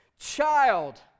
child